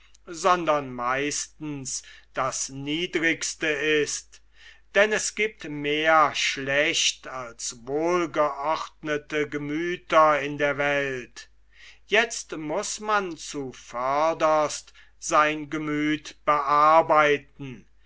sondern meistens das niedrigste ist denn es giebt mehr schlecht als wohlgeordnete gemüther in der welt jetzt muß man zuvörderst sein gemüth bearbeiten